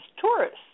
tourists